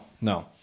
no